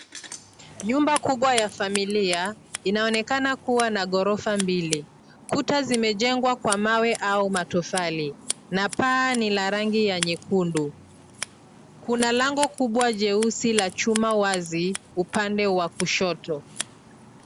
Nyumba kubwa ya familia, inaonekana kuwa na ghorofa mbili. Kuta zimejengwa kwa mawe au matofali na paa ni la rangi ya nyekundu. Kuna lango kubwa jeusi la chuma wazi, upande wa kushoto.